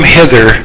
hither